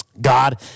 God